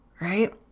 right